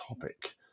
topic